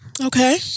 Okay